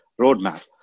roadmap